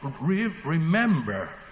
remember